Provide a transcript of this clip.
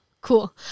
cool